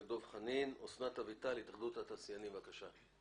אסנת אביטל, התאחדות התעשיינים, בבקשה.